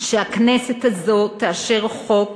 שהכנסת הזאת תאשר חוק